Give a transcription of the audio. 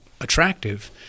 attractive